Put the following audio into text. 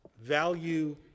Value